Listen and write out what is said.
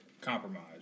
compromise